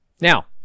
Now